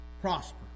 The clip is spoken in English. prosper